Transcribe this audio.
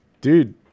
Dude